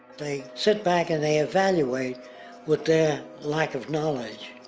they sit back and they evaluate with their lack of knowledge,